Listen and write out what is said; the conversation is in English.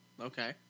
Okay